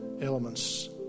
elements